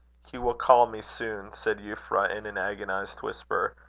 he will call me soon, said euphra, in an agonised whisper,